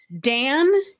Dan